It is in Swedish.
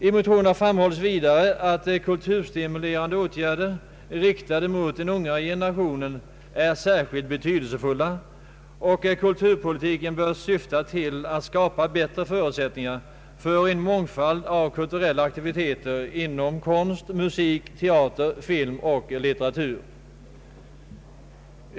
I motionerna framhålles vidare att kulturstimulerande åtgärder, riktade mot denna unga generation, är särskilt betydelsefulla och att kulturpolitiken bör syfta till att skapa bättre förutsättningar för en mångfald kulturella aktiviteter inom konst, musik, teater, film och litteratur.